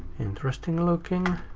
interesting looking.